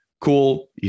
cool